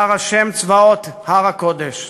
והר ה' צבאות הר הקדש".